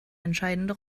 entscheidende